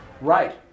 Right